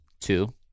Two